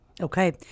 okay